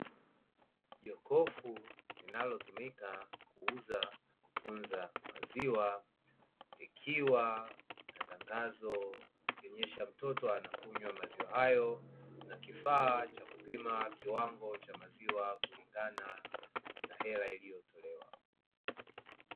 Jokofu linalotumika kuuza na kutunza maziwa likiwa na tangazo likionyesha mtoto anakunywa maziwa hayo, na kifaa cha kupima kiwango cha maziwa kulingana na hela iliyotolewa.